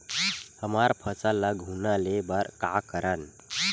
हमर फसल ल घुना ले बर का करन?